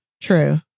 True